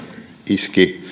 iski